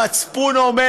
המצפון אומר: